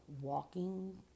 walking